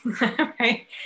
Right